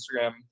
Instagram